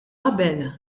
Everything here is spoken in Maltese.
qabel